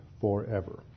forever